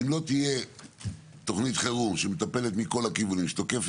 אם לא תהיה תוכנית חירום שמטפלת מכל הכיוונים ותוקפת